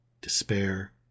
despair